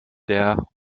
der